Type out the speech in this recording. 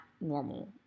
normal